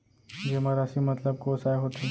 जेमा राशि मतलब कोस आय होथे?